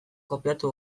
kopiatu